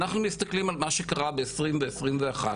אנחנו מסתכלים על מה שקרה ב-2020 וב-2021,